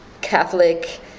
Catholic